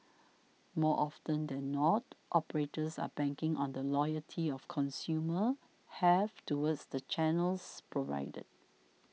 more often than not operators are banking on the loyalty of consumers have towards the channels provided